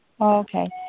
Okay